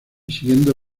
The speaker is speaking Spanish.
siguiendo